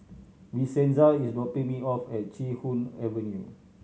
Vincenza is dropping me off at Chee Hoon Avenue